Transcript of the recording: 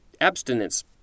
abstinence